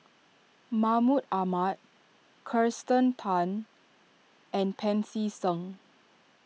Mahmud Ahmad Kirsten Tan and Pancy Seng